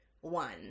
one